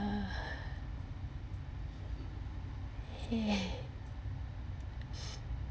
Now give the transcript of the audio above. !hey!